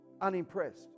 unimpressed